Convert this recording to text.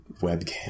webcam